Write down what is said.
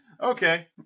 okay